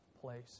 place